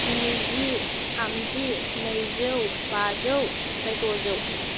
नैजि थामजि नैजौ बाजौ ओमफ्राय द'जौ